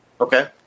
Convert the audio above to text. Okay